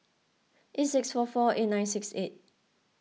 eight six four four eight nine six eight